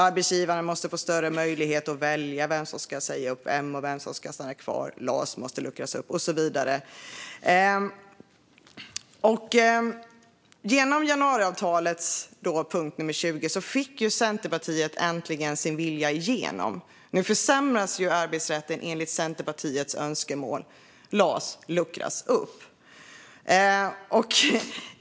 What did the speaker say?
Arbetsgivarna måste få större möjlighet att välja vem som ska säga upp vem och vem som ska stanna kvar och så vidare. Genom januariavtalets punkt 20 fick Centerpartiet äntligen sin vilja igenom. Nu försämras arbetsrätten enligt Centerpartiets önskemål. LAS luckras upp.